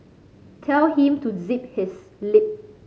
tell him to zip his lip